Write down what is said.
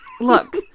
Look